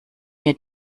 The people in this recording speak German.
mir